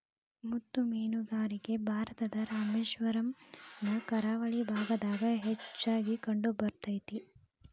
ಮುತ್ತು ಮೇನುಗಾರಿಕೆ ಭಾರತದ ರಾಮೇಶ್ವರಮ್ ನ ಕರಾವಳಿ ಭಾಗದಾಗ ಹೆಚ್ಚಾಗಿ ಕಂಡಬರ್ತೇತಿ